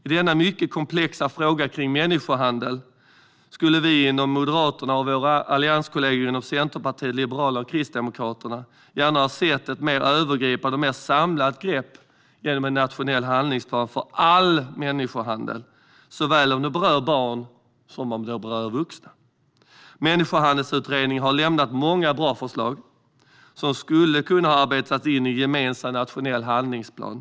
I den mycket komplexa frågan som gäller människohandel skulle vi i Moderaterna och våra allianskollegor i Centerpartiet, Liberalerna och Kristdemokraterna gärna ha sett ett mer övergripande och mer samlat grepp genom en nationell handlingsplan för all människohandel oavsett om den berör barn eller vuxna. Människohandelsutredningen har lämnat många bra förslag som skulle kunna ha arbetats in i en gemensam nationell handlingsplan.